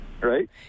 right